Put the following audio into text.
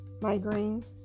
migraines